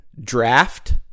draft